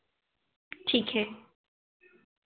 ठीक है